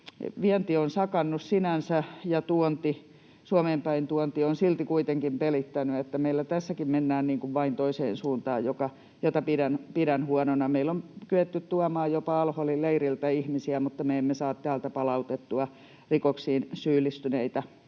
vienti sakannut sinänsä, Suomeen päin tuonti on silti kuitenkin pelittänyt, niin että meillä tässäkin mennään vain toiseen suuntaan, mitä pidän huonona. Meillä on kyetty tuomaan jopa al-Holin leiriltä ihmisiä, mutta me emme saa täältä palautettua rikoksiin syyllistyneitä